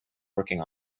working